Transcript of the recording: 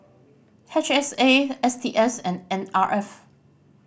H S A S T S and N R F